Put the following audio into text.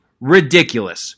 ridiculous